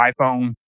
iPhone